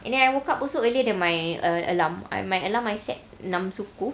and then I woke up also earlier than my uh alarm I my I alarm I set enam suku